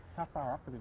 how far up